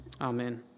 Amen